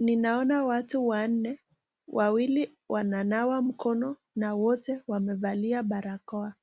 Ninaona watu wanne, wawili wananawa mkono na wote wanavalia barakoa ,